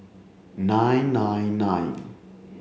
nine nine nine